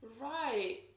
Right